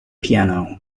piano